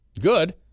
Good